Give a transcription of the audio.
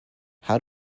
how